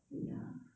ya